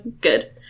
Good